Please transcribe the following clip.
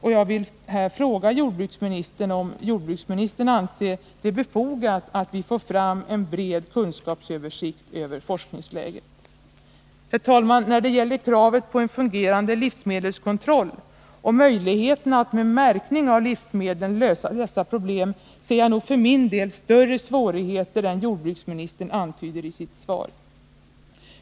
Och jag vill här fråga jordbruksministern om han anser det befogat att vi får fram en bred kunskapsöversikt över forskningsläget. Herr talman! När det gäller kravet på en fungerande livsmedelskontroll och möjligheterna att med märkning av livsmedlen lösa dessa problem ser jag nog för min del större svårigheter än jordbruksministern antyder i sitt